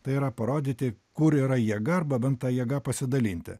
tai yra parodyti kur yra jėga arba bent ta jėga pasidalinti